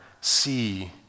see